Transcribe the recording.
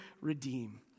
redeem